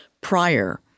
prior